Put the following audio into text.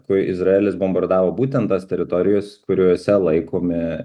kai izraelis bombardavo būtent tas teritorijas kuriose laikomi